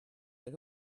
but